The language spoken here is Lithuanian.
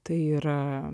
tai yra